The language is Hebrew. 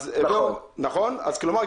אז כלומר,